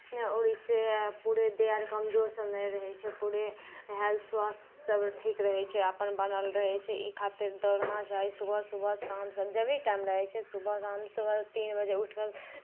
आओर इससे पूरे देह हाथसभ कमजोर सभ नहि रहै छै पूरे हेल्थ स्वास्थ्य सभ ठीक रहै छै अपन बनल रहै छै ई खातिर दौड़ना चाही सुबह सुबह शाम जब जे भी टाइम रहै छै सुबह शाम सुबह तीन बजे उठि कऽ